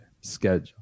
schedule